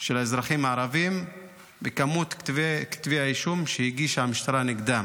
של האזרחים הערבים ואת כמות כתבי האישום שהגישה המשטרה נגדם.